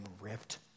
ripped